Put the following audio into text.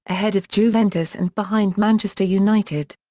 ahead of juventus and behind manchester united.